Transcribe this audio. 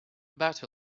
about